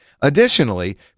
Additionally